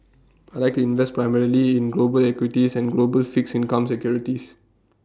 I Like to invest primarily in global equities and global fixed income securities